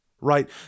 right